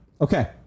Okay